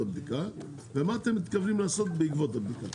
הבדיקה ומה אתם מתכוונים לעשות בעקבות הבדיקה.